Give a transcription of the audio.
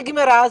נגמרה,